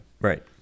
Right